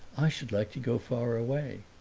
i should like to go far away!